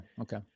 okay